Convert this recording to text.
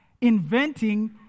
inventing